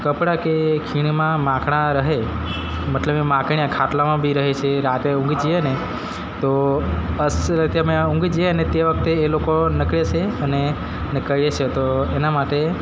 કપડા કે ખીણમાં માંકડ રહે મતલબ એ માંકડ ખાટલામાં બી રહે છે રાતે ઊંઘી જઈએને તો અસરતે અમે ઊંઘી જઈને તે વખતે એ લોકો નીકળે છે અને અને કરડે છે તો એના માટે